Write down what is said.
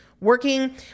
working